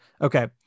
okay